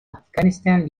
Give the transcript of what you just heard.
afghanistan